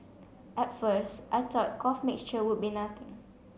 at first I thought cough mixture would be nothing